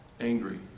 Angry